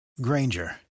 Granger